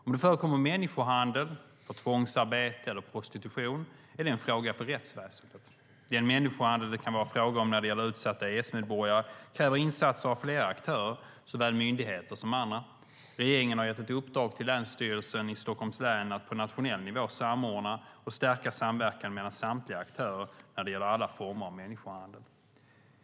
Om det förekommer människohandel för tvångsarbete eller prostitution är det en fråga för rättsväsendet. Den människohandel det kan vara fråga om när det gäller utsatta EES-medborgare kräver insatser av flera aktörer, såväl myndigheter som andra. Regeringen har gett ett uppdrag till Länsstyrelsen i Stockholms län att på nationell nivå samordna och stärka samverkan mellan samtliga aktörer när det gäller alla former av människohandel.